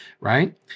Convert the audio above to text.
right